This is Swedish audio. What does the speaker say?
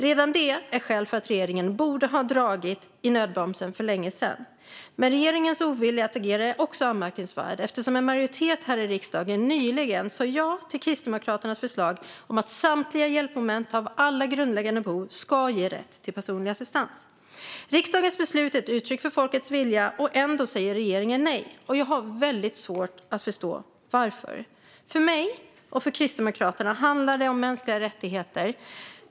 Redan det är skäl för att regeringen borde ha dragit i nödbromsen för länge sedan. Men regeringens ovilja att agera är också anmärkningsvärd eftersom en majoritet här i riksdagen nyligen sa ja till Kristdemokraternas förslag att samtliga hjälpmoment när det gäller alla grundläggande behov ska ge rätt till personlig assistans. Riksdagens beslut är ett uttryck för folkets vilja, och ändå säger regeringen nej. Jag har väldigt svårt att förstå varför. För mig, och för Kristdemokraterna, handlar det om mänskliga rättigheter.